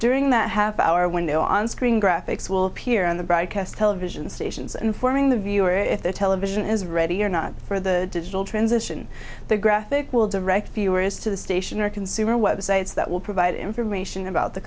during that half hour when the on screen graphics will appear on the broadcast television stations informing the viewer if the television is ready or not for the digital transition the graphic will direct viewers to the station or consumer websites that will provide information about the